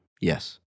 yes